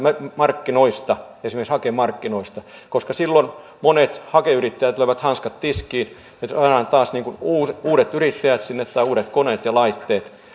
markkinoista esimerkiksi hakemarkkinoista silloin monet hakeyrittäjät löivät hanskat tiskiin nyt on taas uudet uudet yrittäjät tai uudet koneet ja laitteet